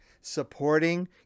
supporting